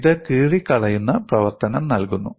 ഇത് കീറിക്കളയുന്ന പ്രവർത്തനം നൽകുന്നു